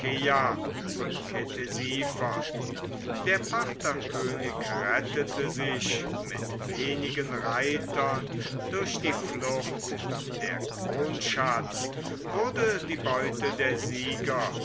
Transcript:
und ktesiphon der partherkönig rettete sich mit wenigen reitern durch die flucht der kronschatz wurde die beute der sieger